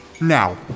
Now